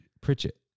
Pritchett